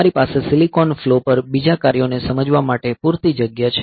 તમારી પાસે silicon flow પર બીજા કાર્યોને સમજવા માટે પૂરતી જગ્યા છે